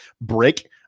break